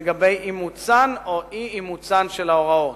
לגבי אימוצן או אי-אימוצן של ההוראות.